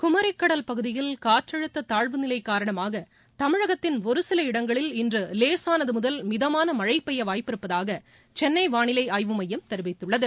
குமரி கடல் பகுதியில் காற்றழுத்த தாழ்வு நிலை காரணமாக தமிழகத்தின் ஒரு சில இடங்களில் இன்று லேசானது முதல் மிதமான மழை பெய்ய வாய்ப்பிருப்பதாக சென்னை வாளிலை ஆய்வு மையம் தெரிவித்துள்ளது